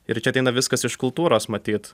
ir čia ateina viskas iš kultūros matyt